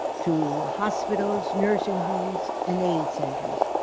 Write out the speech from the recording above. to hospitals, nursing homes and aids centers.